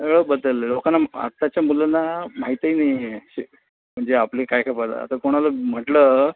सगळं बदललं लोकांना आताच्या मुलांना माहीतही नाही आहे असे म्हणजे आपले काय काय पदार्थ आता कोणाला म्हटलं